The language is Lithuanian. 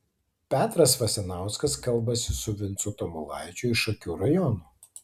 petras vasinauskas kalbasi su vincu tamulaičiu iš šakių rajono